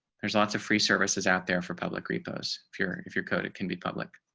there's lots of free services out there for public repos, if your, if your code. it can be public.